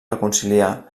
reconciliar